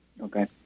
Okay